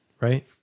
right